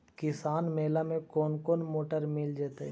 किसान मेला में कोन कोन मोटर मिल जैतै?